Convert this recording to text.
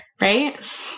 Right